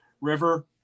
river